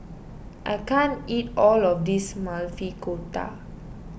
I can't eat all of this Maili Kofta